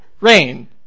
Rain